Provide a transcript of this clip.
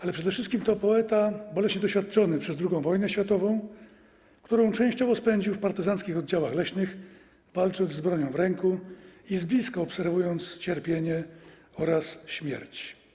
Ale przede wszystkim to poeta boleśnie doświadczony przez II wojnę światową, którą częściowo spędził w partyzanckich oddziałach leśnych, walczył z bronią w ręku, z bliska obserwując cierpienie oraz śmierć.